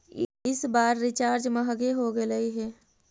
इस बार रिचार्ज महंगे हो गेलई हे